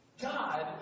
God